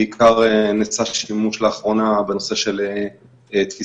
ובעיקר נעשה שימוש לאחרונה בנושא תפיסה